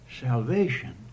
salvation